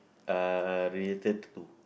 uh related to